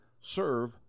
serve